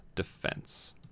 Defense